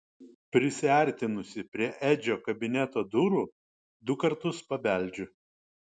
prisiartinusi prie edžio kabineto durų du kartus pabeldžiu